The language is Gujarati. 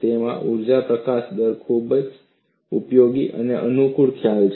તેમ છતાં ઊર્જા પ્રકાશન દર ખૂબ ખૂબ ઉપયોગી અને અનુકૂળ ખ્યાલ છે